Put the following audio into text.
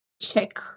check